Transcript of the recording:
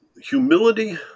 humility